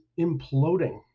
imploding